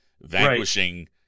vanquishing